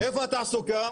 איפה התעסוקה?